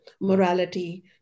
morality